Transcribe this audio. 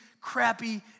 crappy